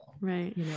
Right